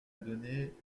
donner